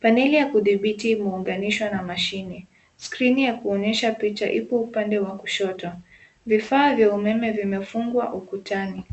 Paneli ya kudhibiti muunganisho na mashine skrini ya kuonesha picha ipo pande wa kushoto vifaa vya umeme vimefungwa ukutani.